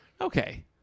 Okay